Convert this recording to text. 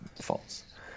false